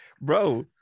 bro